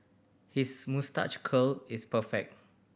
his moustache curl is perfect